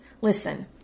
Listen